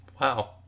Wow